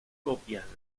copias